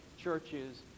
churches